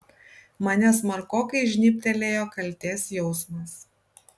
mane smarkokai žnybtelėjo kaltės jausmas